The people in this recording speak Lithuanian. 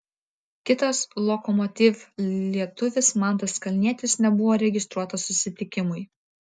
kitas lokomotiv lietuvis mantas kalnietis nebuvo registruotas susitikimui